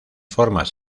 formas